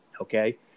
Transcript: okay